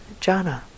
jhana